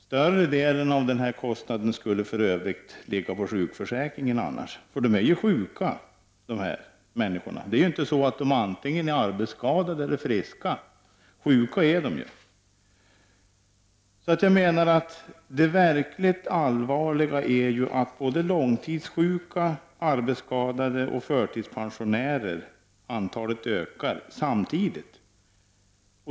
Större delen av den kostnaden skulle för Övrigt ligga på sjukförsäkringen annars. För dessa människor är ju sjuka. De är inte antingen arbetsskadade eller friska. Sjuka är de. Jag menar att det verkligt allvarliga är att antalet långtidssjuka, arbetsskadade och förtidspensionerade ökar samtidigt.